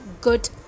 good